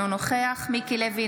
אינו נוכח מיקי לוי,